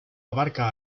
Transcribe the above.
abarca